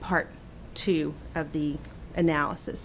part two of the analysis